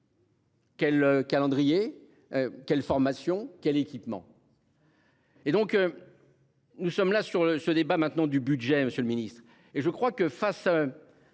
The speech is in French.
Quel calendrier. Quelles formations, quels équipements. Et donc. Nous sommes là sur le, ce débat maintenant, du budget. Monsieur le Ministre et je crois que face.